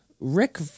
Rick